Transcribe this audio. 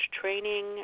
training